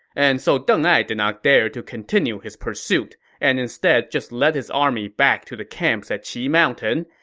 and so deng ai did not dare to continue his pursuit and instead just led his army back to the camps at qi mountain,